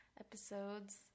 episodes